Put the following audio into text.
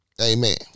Amen